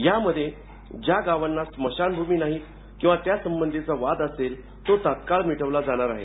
यामध्ये ज्या गावांना स्मशानभूमी नाहीत किंवा त्यासंबंधीचा वाद असेल तो तात्काळ सोडवून मिटवला जाणार आहे